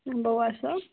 बौआसभ